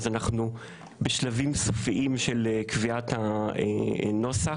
אז אנחנו בשלבים סופיים של קביעת הנוסח.